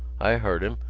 i heard him.